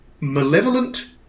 malevolent